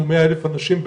מינהל התכנון.